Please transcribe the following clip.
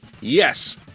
Yes